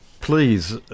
Please